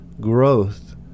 growth